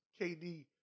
KD